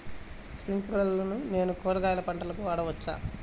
స్ప్రింక్లర్లను నేను కూరగాయల పంటలకు వాడవచ్చా?